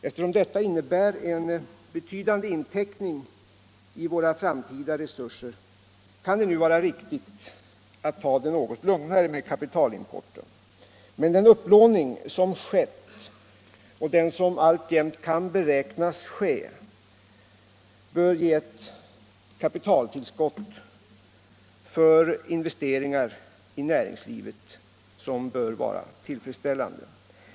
Eftersom detta innebär en betydande inteckning i våra framtida resurser, kan det nu vara riktigt att ta det något lugnare med kapitalimporten. Med den upplåning som skett och den som alltjämt kan beräknas ske bör ett tillfredsställande kapitaltillskott för investeringar i näringslivet ha skapats.